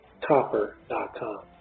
copper.com